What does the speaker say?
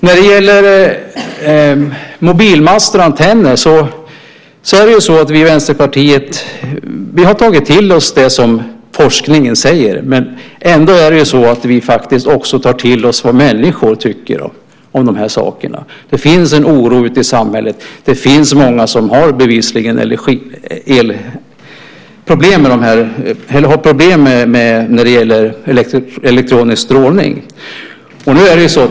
När det gäller mobilmaster och antenner har vi i Vänsterpartiet tagit till oss det som forskningen säger, men vi tar också till oss vad människor tycker om de här sakerna. Det finns en oro ute i samhället. Det finns många som bevisligen har problem när det gäller elektronisk strålning.